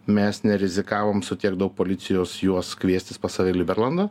mes nerizikavom su tiek daug policijos juos kviestis pas save į liberalandą